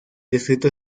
distrito